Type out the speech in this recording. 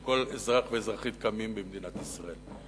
כל אזרח ואזרחית הקמים בבוקר במדינת ישראל.